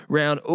round